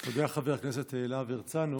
אתה יודע, חבר הכנסת להב הרצנו,